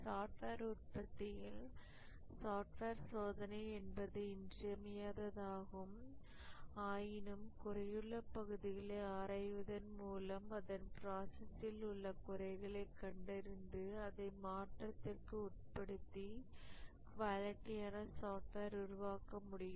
software உற்பத்தியில் software சோதனை என்பது இன்றியமையாததாகும் ஆயினும் குறையுள்ள பகுதிகளை ஆராய்வதன் மூலம் அதன் ப்ராசஸ்ல் உள்ள குறைகளை கண்டறிந்து அதை மாற்றத்திற்கு உட்படுத்தி குவாலிட்டியான சாஃப்ட்வேர் உருவாக்க முடியும்